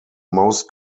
most